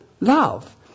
love